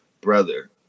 brother